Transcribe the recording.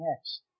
next